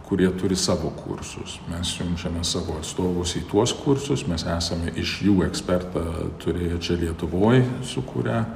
kurie turi savo kursus mes siunčiame savo atstovus į tuos kursus mes esame iš jų ekspertą turėję čia lietuvoj su kuria